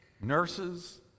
nurses